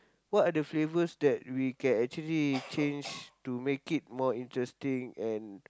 what are the flavours that we can actually change to make it more interesting and